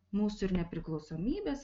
mūsų ir nepriklausomybės